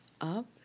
up